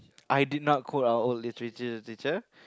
I did not call our old Literature teacher